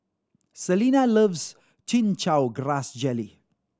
Selina loves Chin Chow Grass Jelly